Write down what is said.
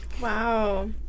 Wow